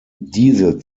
diese